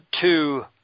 two